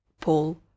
Paul